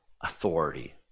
authority